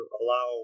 allow